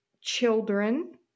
children